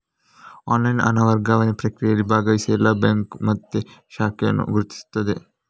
online ಹಣ ವರ್ಗಾವಣೆ ಪ್ರಕ್ರಿಯೆಯಲ್ಲಿ ಭಾಗವಹಿಸುವ ಎಲ್ಲಾ ಬ್ಯಾಂಕು ಮತ್ತೆ ಶಾಖೆಯನ್ನ ಗುರುತಿಸ್ತದೆ